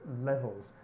levels